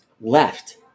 left